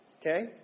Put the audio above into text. okay